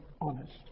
honest